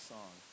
Song